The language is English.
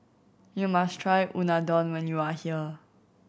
you must try Unadon when you are here